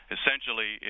Essentially